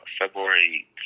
February